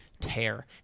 tear